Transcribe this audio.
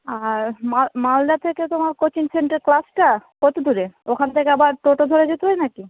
আর মা মালদা থেকে তোমার কোচিং সেন্টার ক্লাসটা কত দূরে ওখান থেকে আবার টোটো ধরে যেতে হয় না কি